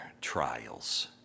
trials